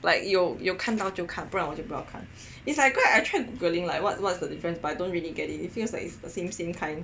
like 有看到就看不然我就不要看 it's like I tried Googling like what what's the difference but I don't really get it it feels like it's the same same kind